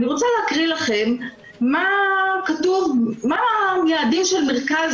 אני רוצה להקריא לכם מה היעדים של המרכז,